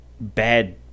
bad